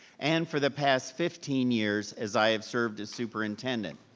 and for the past fifteen years, as i have served as superintendent.